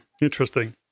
Interesting